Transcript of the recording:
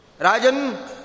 Rajan